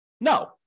No